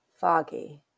foggy